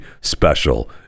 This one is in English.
special